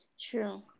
True